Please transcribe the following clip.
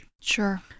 Sure